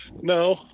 No